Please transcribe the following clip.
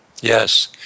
Yes